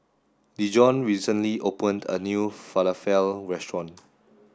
Dejon recently opened a new Falafel restaurant